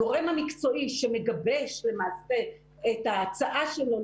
הגורם המקצועי שמגבש למעשה את ההצעה שלו